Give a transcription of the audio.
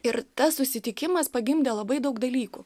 ir tas susitikimas pagimdė labai daug dalykų